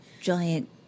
Giant